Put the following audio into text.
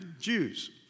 Jews